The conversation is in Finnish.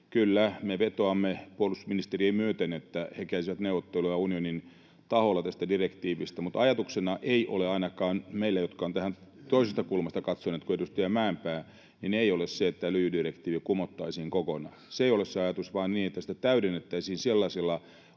Kyllä, me vetoamme puolustusministeriä myöten, että he kävisivät neuvotteluja unionin taholla tästä direktiivistä, mutta ajatuksena ei ole ainakaan meillä, jotka ovat tähän toisesta kulmasta katsoneet kuin edustaja Mäenpää, että lyijydirektiivi kumottaisiin kokonaan. Se ei ole se ajatus, vaan niin, että sitä täydennettäisiin sellaisilla